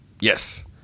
Yes